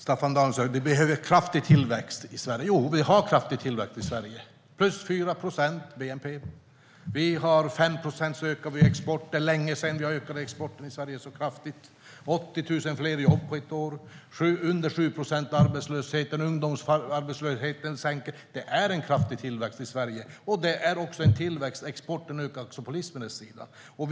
Staffan Danielsson säger att vi behöver kraftig tillväxt i Sverige. Vi har kraftig tillväxt i Sverige - plus 4 procent i bnp. Vi ökar exporten med 5 procent. Det är länge sedan vi ökade exporten så kraftigt i Sverige. Vi har 80 000 fler jobb på ett år, under 7 procents arbetslöshet och en ungdomsarbetslöshet som minskar. Det sker en kraftig tillväxt i Sverige, och det är också en tillväxt på livsmedelssidan, där exporten ökar.